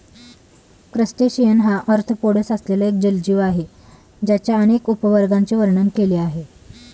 crustacean हा arthropods असलेला एक जलजीव आहे ज्याच्या अनेक उपवर्गांचे वर्णन केले आहे